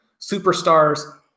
superstars